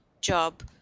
job